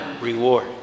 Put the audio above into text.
reward